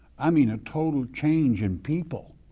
i mean a total change in people.